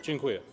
Dziękuję.